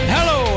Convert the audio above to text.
Hello